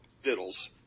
fiddles